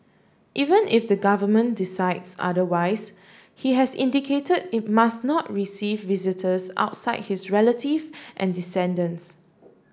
even if the government decides otherwise he has indicated it must not receive visitors outside his relative and descendants